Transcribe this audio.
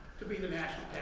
to be the national